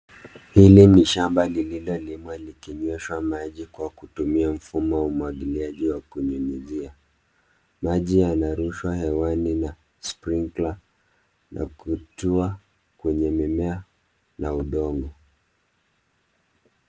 Hili ni shamba lililolimwa likinyweshwa maji kwa kutumia mfumo wa umwagiliaji wa kunyunyizia. Maji yanarushwa hewani na sprinkler na kutua kwenye mimea na udongo.